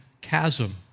chasm